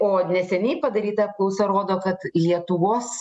o neseniai padaryta apklausa rodo kad lietuvos